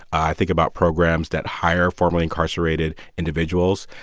i think about programs that hire formerly incarcerated individuals.